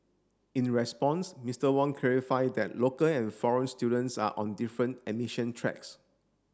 in response Mister Wong clarify that local and foreign students are on different admission tracks